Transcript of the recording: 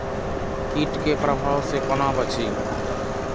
कीट के प्रभाव से कोना बचीं?